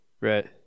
right